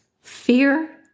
Fear